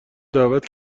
دعوت